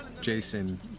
Jason